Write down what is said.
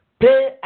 Pay